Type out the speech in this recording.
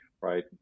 right